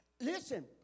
Listen